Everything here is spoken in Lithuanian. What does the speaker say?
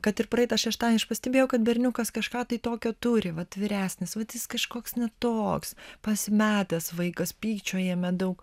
kad ir praeitą šeštadienį aš pastebėjau kad berniukas kažką tai tokio turi vat vyresnis vat jis kažkoks ne toks pasimetęs vaikas pykčio jame daug